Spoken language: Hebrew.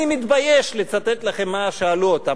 אני מתבייש לצטט לכם מה שאלו אותם.